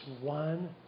one